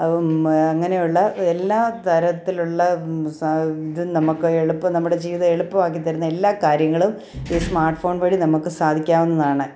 അതും അങ്ങനെയുള്ള എല്ലാ തരത്തിലുള്ള ഇതും നമുക്ക് എളുപ്പം നമ്മുടെ ജീവിതം എളുപ്പമാക്കി തരുന്ന എല്ലാ കാര്യങ്ങളും ഈ സ്മാർട്ട്ഫോൺ വഴി നമുക്ക് സാധിക്കാവുന്നതാണ്